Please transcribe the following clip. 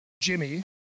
Jimmy